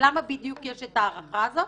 יש את ההארכה הזאת,